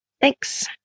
Thanks